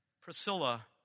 Priscilla